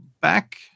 back